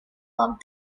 pup